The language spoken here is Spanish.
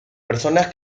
personas